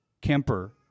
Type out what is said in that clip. Kemper